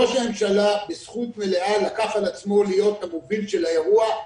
ראש הממשלה בזכות מלאה לקח על עצמו להיות המוביל של האירוע.